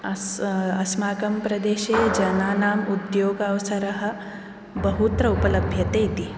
अस् अस्माकं प्रदेशे जनानाम् उद्योगावसरः बहुत्र उपलभ्यते इति